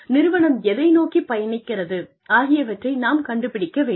நிறுவனம் எதை நோக்கி பயணிக்கிறது ஆகியவற்றை நாம் கண்டுபிடிக்க வேண்டும்